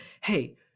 Hey